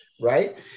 right